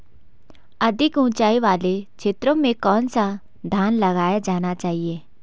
अधिक उँचाई वाले क्षेत्रों में कौन सा धान लगाया जाना चाहिए?